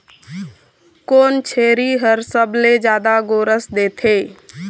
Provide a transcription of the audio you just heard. कोन छेरी हर सबले जादा गोरस देथे?